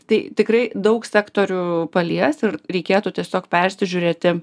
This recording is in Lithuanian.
tai tikrai daug sektorių palies ir reikėtų tiesiog persižiūrėti